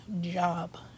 job